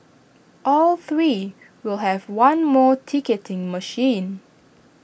all three will have one more ticketing machine